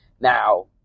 Now